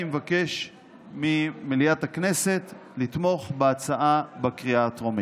אני מבקש ממליאת הכנסת לתמוך בהצעה בקריאה הטרומית.